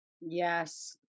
Yes